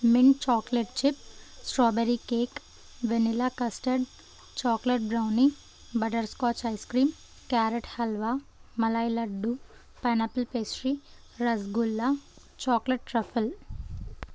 mint chocolate chip strawberry cake vanilla custard chocolate brownie butterscotch ice cream carrot halwa malai laddu pineapple pastry rasgulla chocolate truffle